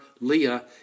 Leah